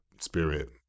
spirit